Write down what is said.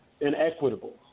inequitable